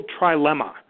trilemma